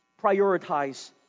prioritize